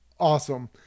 Awesome